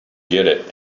get